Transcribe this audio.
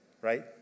right